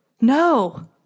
No